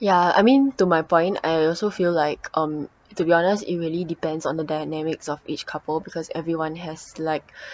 ya I mean to my point I also feel like um to be honest it really depends on the dynamics of each couple because everyone has like